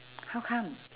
how come